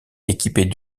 équipée